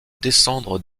descendre